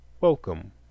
WELCOME